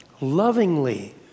lovingly